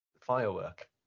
firework